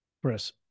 Chris